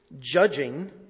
judging